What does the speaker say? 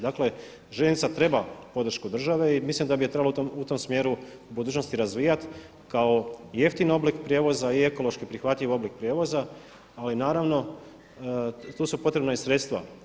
Dakle, željeznica treba podršku države i mislim da bi je trebalo u tom smjeru u budućnosti razvijati kao jeftin oblik prijevoza i ekološki prihvatljiv oblik prijevoza, ali naravno tu su potrebna i sredstva.